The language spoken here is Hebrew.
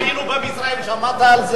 גרים היינו במצרים, שמעת על זה?